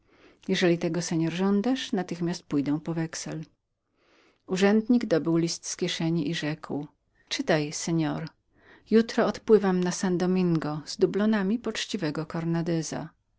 jeżeli pan żądasz natychmiast pójdę po wexel urzędnik dobył listu z kieszeni i rzekł czytaj pan jutro odpływamy na st domingo z dublonami poczciwego